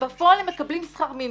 בפועל הם מקבלים שכר מינימום,